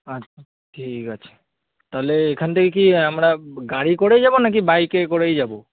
আচ্ছা ঠিক আছে তাহলে এখান থেকে কি আমরা গাড়ি করে যাব না কি বাইকে করেই যাব